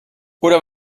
oder